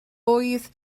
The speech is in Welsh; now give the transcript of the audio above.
ŵydd